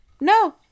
No